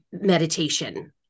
meditation